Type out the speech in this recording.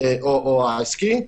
או העסקי.